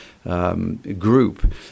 Group